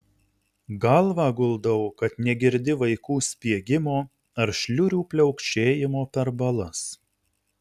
galvą guldau kad negirdi vaikų spiegimo ar šliurių pliaukšėjimo per balas